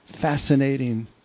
fascinating